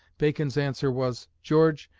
bacon's answer was george,